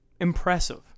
impressive